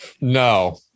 No